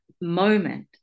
moment